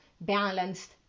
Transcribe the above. balanced